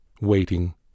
waiting